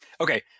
Okay